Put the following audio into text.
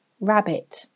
Rabbit